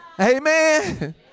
Amen